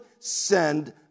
send